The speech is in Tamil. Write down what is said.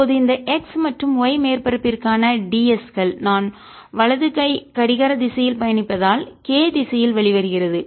இப்போது இந்த x மற்றும் y மேற்பரப்பிற்கான d s கள் நான் வலது கை கடிகார திசையில் பயணிப்பதால் k திசையில் வெளிவருகிறது